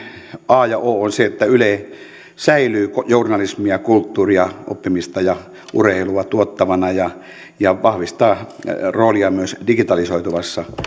a ja o on se että yle säilyy journalismia kulttuuria oppimista ja urheilua tuottavana ja ja vahvistaa roolia myös digitalisoituvassa